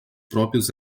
próprios